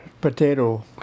potato